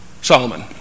Solomon